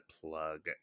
plug